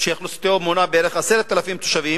שאוכלוסייתו מונה בערך 10,000 תושבים,